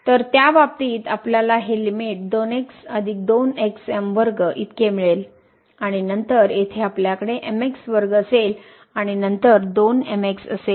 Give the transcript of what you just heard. तर त्या बाबतीत आपल्याला हे लिमिट इतके मिळेल आणि नंतर येथे आपल्याकडे असेल आणि नंतर असेल